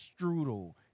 Strudel